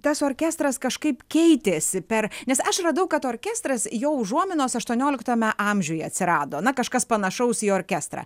tas orkestras kažkaip keitėsi per nes aš radau kad orkestras jo užuominos aštuonioliktame amžiuje atsirado na kažkas panašaus į orkestrą